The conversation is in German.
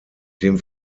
dem